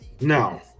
No